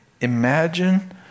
imagine